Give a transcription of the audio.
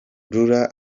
lulu